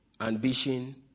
ambition